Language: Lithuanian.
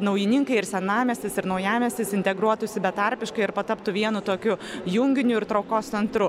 naujininkai ir senamiestis ir naujamiestis integruotųsi betarpiškai ir pataptų vienu tokiu junginiu ir traukos centru